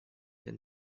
der